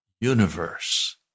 universe